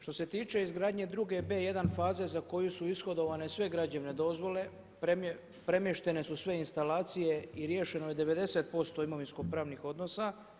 Što se tiče izgradnje druge B1 faze za koju su ishodovane sve građevne dozvole premještene su sve instalacije i riješeno je 90% imovinsko-pravnih odnosa.